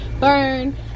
Burn